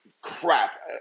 crap